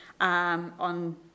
on